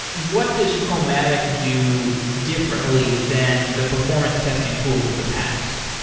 what does chromatic do differently than the performance testing tools of the past?